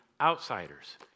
Outsiders